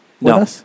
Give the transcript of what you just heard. no